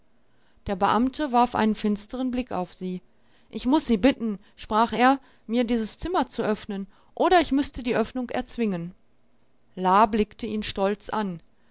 der beamte warf einen finsteren blick auf sie ich muß sie bitten sprach er mir dieses zimmer zu öffnen oder ich müßte die öffnung erzwingen la blickte ihn stolz an